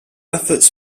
efforts